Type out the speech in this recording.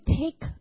take